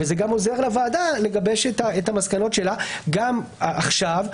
וזה גם עוזר לוועדה לגבש את המסקנות שלה גם עכשיו,